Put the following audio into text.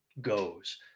goes